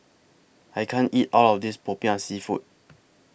I can't eat All of This Popiah Seafood